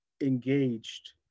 engaged